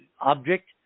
object